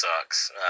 sucks